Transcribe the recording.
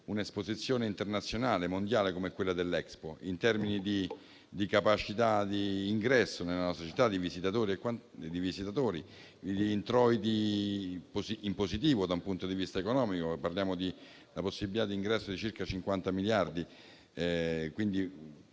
un'esposizione internazionale e mondiale come l'Expo in termini di capacità d'ingresso nella nostra società di visitatori e di introiti in positivo dal punto di vista economico (parliamo infatti della possibilità d'ingresso di circa 50 miliardi,